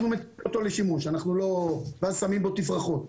אנחנו מאשרים אותו לשימוש ואז שמים בו תפרחות.